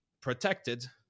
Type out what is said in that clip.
protected